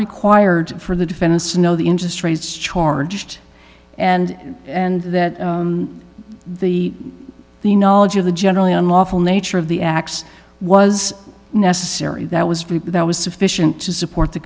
required for the defendants to know the interest rates charged and and that the the knowledge of the generally unlawful nature of the acts was necessary that was that was sufficient to support the